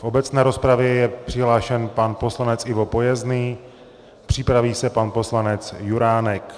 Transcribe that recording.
V obecné rozpravě je přihlášen pan poslanec Ivo Pojezný, připraví se pan poslanec Juránek.